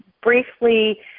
briefly